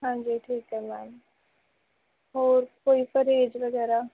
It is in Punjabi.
ਹਾਂਜੀ ਠੀਕ ਹੈ ਮੈਮ ਹੋਰ ਕੋਈ ਪਰਹੇਜ਼ ਵਗੈਰਾ